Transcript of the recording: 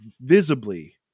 visibly